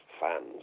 fans